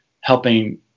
helping